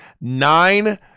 nine